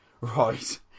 Right